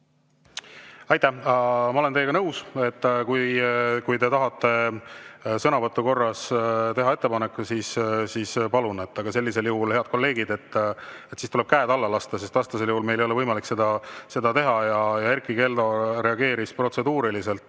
Aitäh! Ma olen teiega nõus. Kui te tahate sõnavõtu korras teha ettepaneku, siis palun. Aga sellisel juhul, head kolleegid, tuleb käed alla lasta, sest vastasel juhul meil ei ole võimalik seda teha. Erkki Keldo reageeris protseduuriliselt.